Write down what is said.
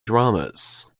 dramas